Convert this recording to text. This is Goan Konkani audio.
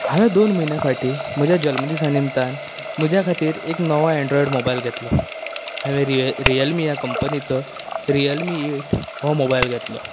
हांवेन दोन म्हयने फाटीं म्हज्या जल्म दिसा निमतान म्हज्या खातीर एक नवो एन्ड्रॉयड मोबायल घेतलो हांवेन रिय रियलमी हे कंपनिचो रियलमी एट हो मोबायल घेतलो